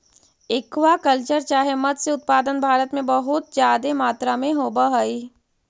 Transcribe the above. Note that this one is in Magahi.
एक्वा कल्चर चाहे मत्स्य उत्पादन भारत में बहुत जादे मात्रा में होब हई